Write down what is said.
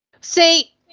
see